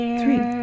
three